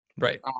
right